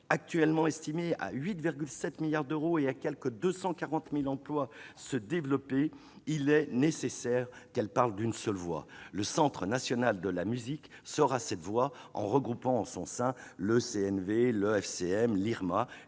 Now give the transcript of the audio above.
actuellement estimé à 8,7 milliards d'euros et à quelque 240 000 emplois, augmenter, il est nécessaire qu'elle parle d'une seule voix. Le Centre national de la musique sera cette voix, en regroupant en son sein le CNV, le FCM et l'IRMA.